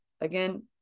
again